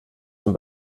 zum